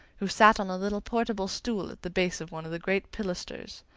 who sat on a little portable stool at the base of one of the great pilasters.